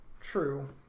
True